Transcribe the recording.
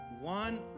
one